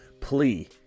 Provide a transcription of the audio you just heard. plea